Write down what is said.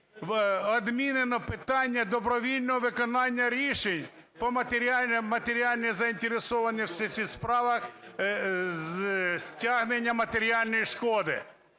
відмінено питання добровільного виконання рішень по матеріальній зацікавленості в справах, стягнення матеріальної шкоди.